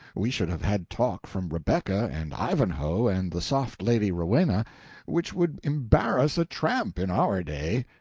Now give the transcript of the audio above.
we should have had talk from rebecca and ivanhoe and the soft lady rowena which would embarrass a tramp in our day.